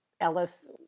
Ellis